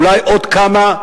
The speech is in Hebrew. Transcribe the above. אולי עוד כמה.